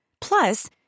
Plus